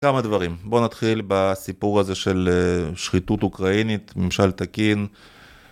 כמה דברים, בוא נתחיל בסיפור הזה של שחיתות אוקראינית, ממשל תקין